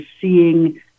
seeing